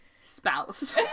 spouse